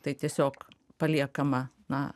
tai tiesiog paliekama na